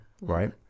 right